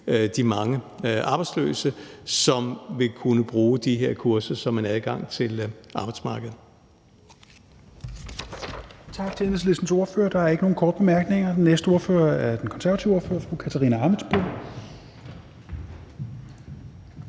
de mange arbejdsløse, som vil kunne bruge de her kurser som en adgang til arbejdsmarkedet.